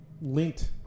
linked